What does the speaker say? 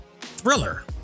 thriller